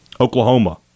Oklahoma